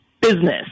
business